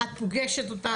את פוגשת אותן?